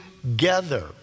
together